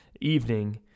evening